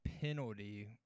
penalty